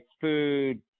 food